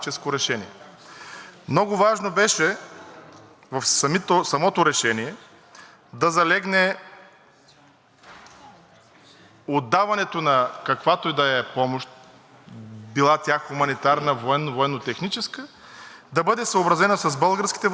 отдаването на каквато и да е помощ – била тя хуманитарна, военна, военно-техническа, да бъде съобразена с българските възможности и да гарантира сигурността и защитата на българското население. Разбира се, и